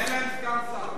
כי אין להם סגן שר.